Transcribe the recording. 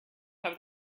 have